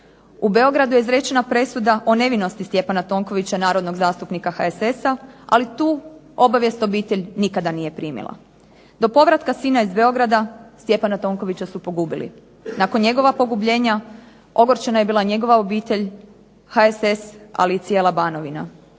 U Beogradu je izrečena presuda o nevinosti Stjepana Tonkovića narodnog zastupnika HSS-a, ali tu obavijest obitelj nikada nije primila. Do povratka sina iz Beograda Stjepana Tonkovića su pogubili. Nakon njegova pogubljenja ogorčena je bila njegova obitelj, HSS, ali i cijela Banovina.